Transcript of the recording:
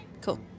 cool